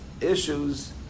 issues